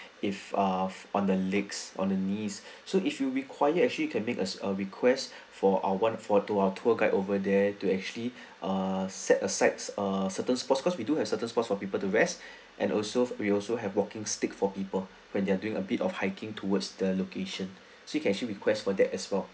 if err on the legs on the knees so if you require actually can make us a request for our one of our tour guide over there to actually err set asides err certain sports because we do have certain sports for people to rest and also we also have walking stick for people when they're doing a bit of hiking towards the location so you can request for that as well